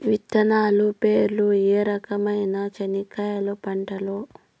విత్తనాలు పేర్లు ఏ రకమైన చెనక్కాయలు పంటలు?